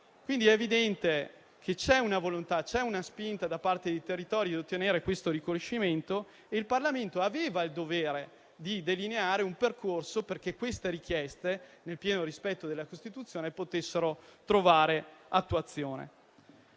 quindi evidente che ci sono una volontà e una spinta da parte dei territori a ottenere questo riconoscimento e il Parlamento aveva il dovere di delineare un percorso perché queste richieste, nel pieno rispetto della Costituzione, potessero trovare attuazione.